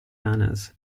manners